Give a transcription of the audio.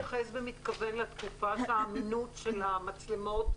מתייחס במתכוון לתקופת האמינות של המצלמות,